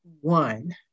one